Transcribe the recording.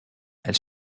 elle